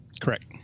correct